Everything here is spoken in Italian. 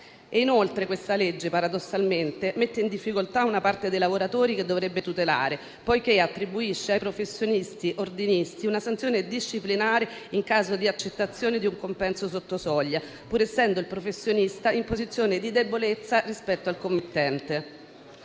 Inoltre, questo disegno di legge paradossalmente mette in difficoltà una parte dei lavoratori che dovrebbe tutelare, poiché attribuisce ai professionisti ordinisti una sanzione disciplinare in caso di accettazione di un compenso sotto soglia, pur essendo il professionista in posizione di debolezza rispetto al committente.